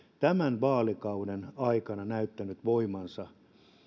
tämän vaalikauden aikana näyttänyt voimansa